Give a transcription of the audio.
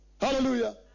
Hallelujah